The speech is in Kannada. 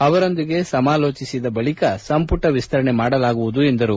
ಅವರೊಂದಿಗೆ ಸಮಾಲೋಚಿಸಿದ ಬಳಕ ಸಂಪುಟ ವಿಸ್ತರಣೆ ಮಾಡಲಾಗುವುದು ಎಂದರು